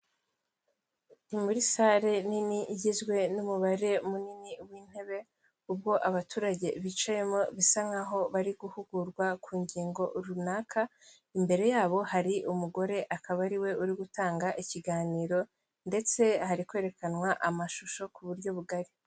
Ni muri sale nini, igizwe n'umubare munini w'intebe, ubwo abaturage bicayemo bisa nkaho bari guhugurwa ku ngingo runaka, imbere yabo hari umugore akaba ariwe uri gutanga ikiganiro ndetse hari kwerekanwa amashusho ku buryo bugari.